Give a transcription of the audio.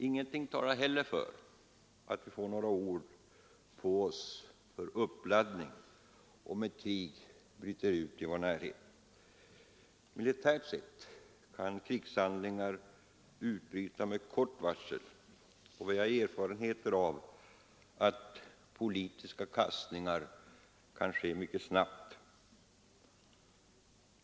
Ingenting talar för att vi får några år på oss för uppladdning om ett krig bryter ut i vår närhet. Militärt sett kan krigshandlingar utbryta med kort varsel, och vi har erfarenheter av att politiska kastningar kan ske mycket snabbt.